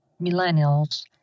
millennials